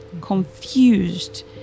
confused